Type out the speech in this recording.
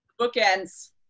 Bookends